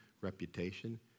reputation